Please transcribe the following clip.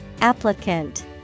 Applicant